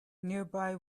nearby